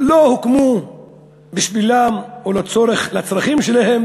לא הוקמה לצרכים שלהם